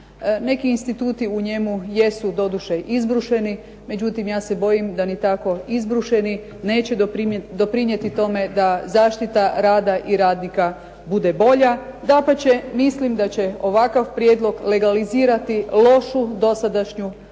Neki instituti u njemu jesu doduše izbrušeni, međutim ja se bojim da ni tako izbrušeni neće doprinijeti tome da zaštita rada i radnika bude bolja. Dapače, mislim da će ovakav prijedlog legalizirati lošu dosadašnju hrvatsku